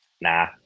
Nah